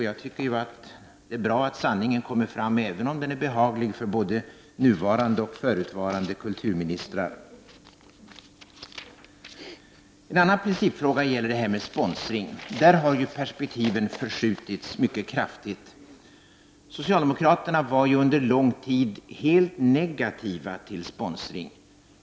Jag tycker att det är bra att sanningen kommer fram — även om den är behaglig för både nuvarande och förutvarande kulturministrar. En andra principfråga är detta med sponsring. Där har perspektiven förskjutits mycket kraftigt. Socialdemokraterna var under lång tid helt negativa till sponsring.